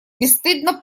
бесстыдно